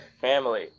family